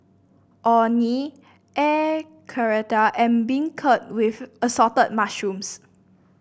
Orh Nee Air Karthira and beancurd with Assorted Mushrooms